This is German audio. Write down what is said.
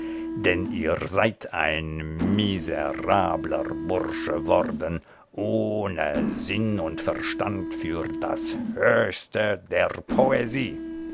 denn ihr seid ein miserabler bursche worden ohne sinn und verstand für das höchste der poesie